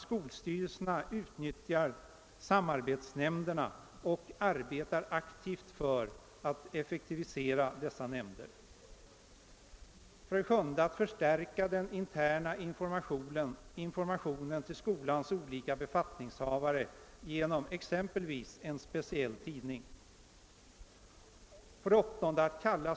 Skolstyrelsen skall utnyttja samarbetsnämnden och arbeta aktivt för att aktivisera denna. 7. Den interna informationen till skolans olika befattningshavare bör förstärkas genom exempelvis en speciell tidning. 8.